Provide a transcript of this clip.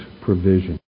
provision